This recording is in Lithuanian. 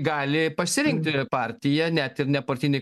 gali pasirinkti partiją net ir nepartinį